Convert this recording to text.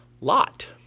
Lot